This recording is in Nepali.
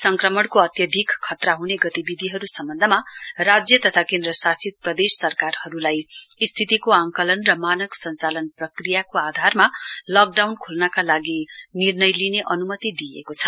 संक्रमणको अत्यधिक खतरा हुने गतिविधिहरु सम्वनदमा राज्य तथा केन्द्र शासित प्रदेश सरकारहरुलाई स्थितिको आंकलन र मानक संचालन प्रक्रियाको आधारमा लकडाउन खोल्नका लागि निर्णय लिने अनुमति दिइएको छ